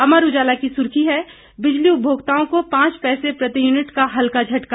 अमर उजाला की सुर्खी है बिजली उपभोक्ताओं को पांच पैसे प्रति यूनिट का हलका झटका